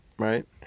right